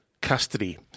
custody